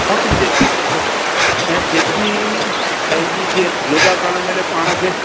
ओतिरी देरि कजे ऐं जेतिरी पंहिंजी जीअं योगा करणु महिल पाण खे